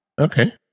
Okay